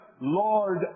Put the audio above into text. Lord